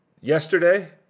Yesterday